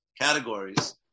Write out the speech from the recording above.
categories